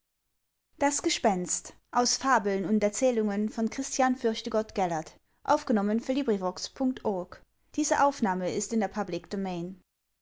gutenberg projekt-de fabeln und erzählungen christian fürchtegott gellert